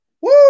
Woo